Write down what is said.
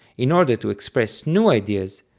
in order to express new ideas,